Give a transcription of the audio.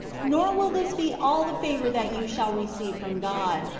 nor will this be all the favor that you shall receive from god,